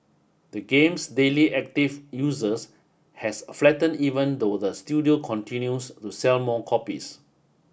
the game's daily active users has flattened even though the studio continues to sell more copies